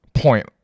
Point